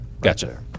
Gotcha